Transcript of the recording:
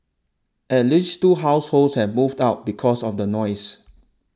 at least two households have moved out because of the noise